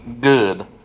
good